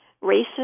races